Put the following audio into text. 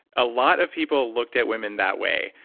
a lot of people looked at women that way.